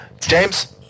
James